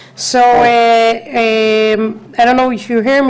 את בוודאי יודעת על מה אני מדברת